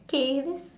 okay that